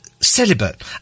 celibate